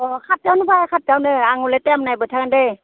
अह हाथथायावनो फै हाथथायावनो आं हले टाइम नायबाय थागोनदे